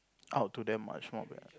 out to them much more